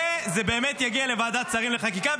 וזה באמת יגיע לוועדת השרים לחקיקה,